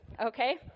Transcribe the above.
Okay